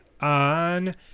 on